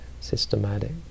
systematic